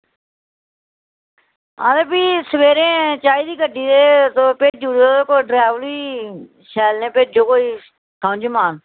हां ते फ्ही सवेरे चाहिदी गड्डी ऐ तुस भेजी ओड़ेओ कोई ड्रवैर बी शैल गै भेजओ कोई समझमान